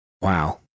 Wow